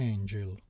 Angel